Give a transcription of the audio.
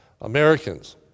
Americans